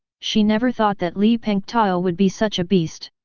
she never thought that li pengtao would be such a beast.